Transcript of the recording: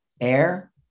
air